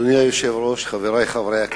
אדוני היושב-ראש, חברי חברי הכנסת,